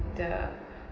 the